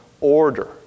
order